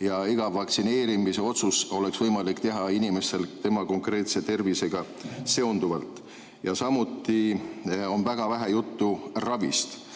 ja iga vaktsineerimise otsus oleks võimalik inimesel teha tema konkreetse tervisega seonduvalt. Samuti on väga vähe juttu ravist.